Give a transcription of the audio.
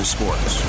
Sports